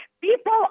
People